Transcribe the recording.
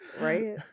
right